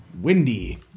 windy